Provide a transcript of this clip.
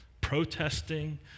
protesting